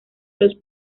los